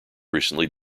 recently